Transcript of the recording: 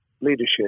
leadership